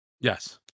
Yes